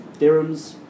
dirhams